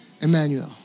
Emmanuel